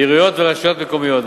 עיריות ורשויות מקומיות.